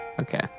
Okay